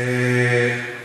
האמת קשה.